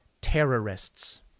Terrorists